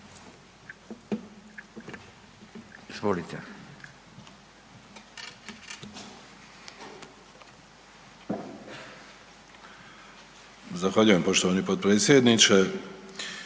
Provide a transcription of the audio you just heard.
Hvala lijepo poštovani potpredsjedniče